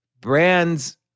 brands